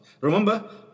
Remember